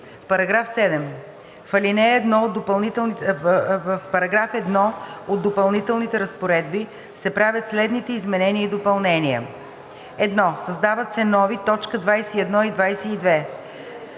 § 7: „§ 7. В § 1 от допълнителните разпоредби се правят следните изменения и допълнения: 1. Създават се нови т. 21 и 22: